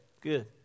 Good